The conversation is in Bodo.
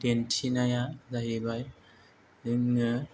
दिन्थिनाया जाहैबाय जोंनो